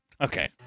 Okay